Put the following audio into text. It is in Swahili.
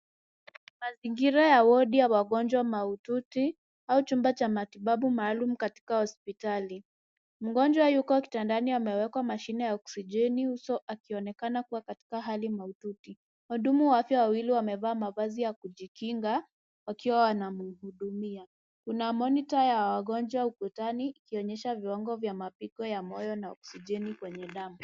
Mazingira ya wodi ya wagonjwa mahututi au chumba cha matibabu maalum katika hospitali. Mgonjwa yuko kitandani amewekwa mashine ya oksigeni uso huku akionekana kuwa katika hali mahututi. Wahudumu wa afya wawili wamevaa mavazi ya kujikinga wakiwa wanamhudumia. Kuna monitor ya wagonjwa ukutani ikionyesha viwango vya mapigo ya moyo na oksigeni kwenye damu.